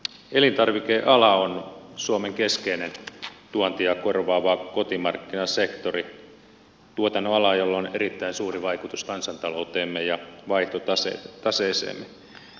elintarvikeala on suomen keskeinen tuontia korvaava kotimarkkinasektori tuotannonala jolla on erittäin suuri vaikutus kansantalouteemme ja vaihtotaseeseemme